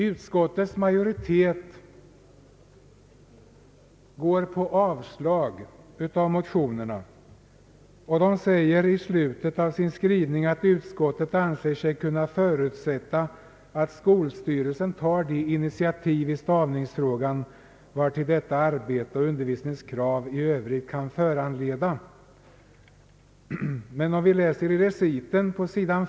Utskottets majoritet går på avslag av motionerna och säger i slutet av sin skrivning: »Utskottet anser sig kunna förutsätta att skolöverstyrelsen tar de initiativ i stavningsfrågan vartill detta arbete och undervisningens krav i övrigt kan föranleda.» Men i reciten på sS.